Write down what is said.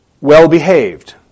well-behaved